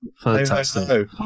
Fantastic